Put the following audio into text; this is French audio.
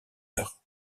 heure